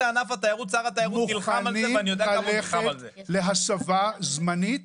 אנחנו מוכנים ללכת להסבה זמנית